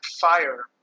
fire